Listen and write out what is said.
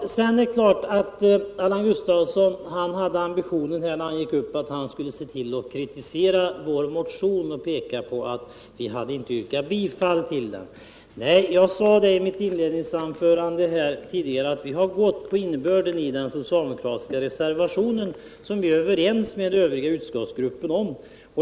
Det är klart att Allan Gustafsson, när han gick upp i talarstolen, hade ambitionen att kritisera vår motion och peka på att vi inte yrkade bifall till den. Jag sade i mitt inledningsanförande att vi gått på innebörden i den socialdemokratiska reservationen, som vi är överens med övriga utskottsgrupper om.